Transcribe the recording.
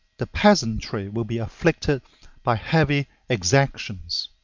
the peasantry will be afflicted by heavy exactions.